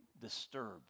disturbed